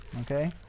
Okay